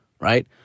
right